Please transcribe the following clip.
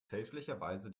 fälschlicherweise